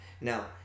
Now